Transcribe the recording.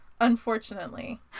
Unfortunately